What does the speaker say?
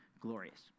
glorious